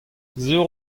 sur